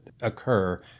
occur